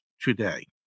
today